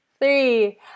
three